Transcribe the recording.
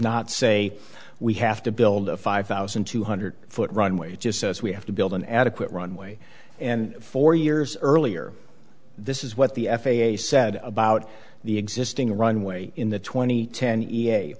not say we have to build a five thousand two hundred foot runway it just says we have to build an adequate runway and four years earlier this is what the f a a said about the existing runway in the twenty ten e